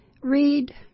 Read